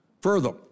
Further